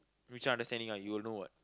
which are understanding you'll know what